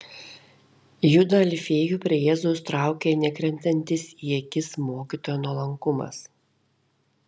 judą alfiejų prie jėzaus traukė nekrentantis į akis mokytojo nuolankumas